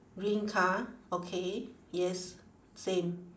green car okay yes same